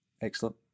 excellent